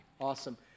Awesome